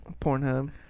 Pornhub